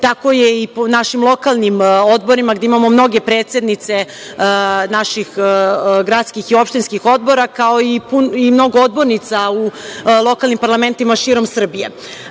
tako je i po našim lokalnim odborima gde imamo mnoge predsednice naših gradskih i opštinskih odbora, kao i mnogo odbornica u lokalnim parlamentima širom Srbije. Želim